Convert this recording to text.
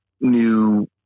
new